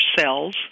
cells